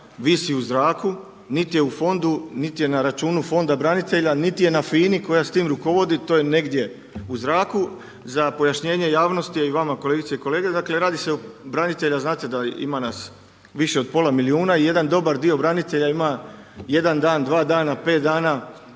visi u zraku, niti je Fondu niti je na računu Fonda branitelja, niti je na FINA-i koja s tim rukovodi, to je negdje u zraku. Za pojašnjenje javnosti i vama kolegice i kolege, dakle radi se o, branitelja znate da ima nas više od pola milijuna i jedan dobar dio branitelja ima jedan dan, dva dana, 5 dana